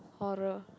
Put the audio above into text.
horror